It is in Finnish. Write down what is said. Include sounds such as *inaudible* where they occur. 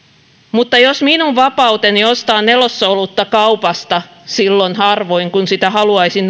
mutta jos minun vapauteni ostaa nelosolutta kaupasta silloin harvoin kun sitä haluaisin *unintelligible*